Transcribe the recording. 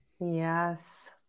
Yes